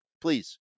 Please